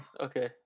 Okay